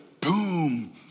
boom